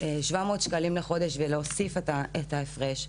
700 שקלים בחודש, ולהוסיף את ההפרש.